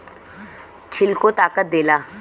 छिलको ताकत देला